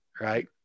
right